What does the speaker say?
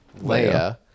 Leia